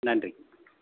நன்றிங்க